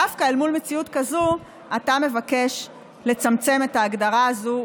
דווקא מול מציאות כזו אתה מבקש לצמצם את ההגדרה הזו,